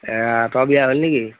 এৰা তই বিয়া হ'লি নেকি